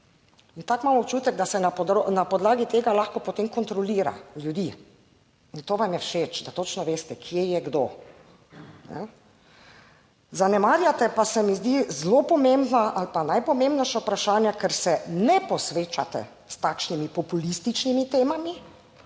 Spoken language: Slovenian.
in tako imam občutek, da se na podlagi tega lahko potem kontrolira ljudi, in to vam je všeč, da točno veste, kje je kdo. Ne zanemarjate pa, se mi zdi, zelo pomembna ali pa najpomembnejša vprašanja, ker se ne posvečate s takšnimi populističnimi temami,